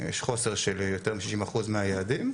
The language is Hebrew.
יש חוסר של יותר מ- 60% מהיעדים,